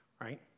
Right